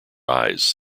eyes